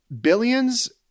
Billions